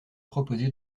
proposé